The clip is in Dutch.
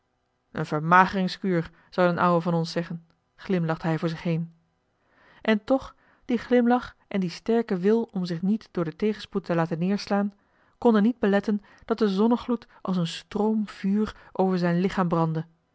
een vermageringskuur zou d'n ouwe van ons zeggen glimlachte hij voor zich heen en toch die glimlach en die sterke wil om zich niet door den tegenspoed te laten neerslaan konden niet beletten dat de zonnegloed als een stroom vuur over zijn lichaam brandde